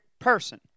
person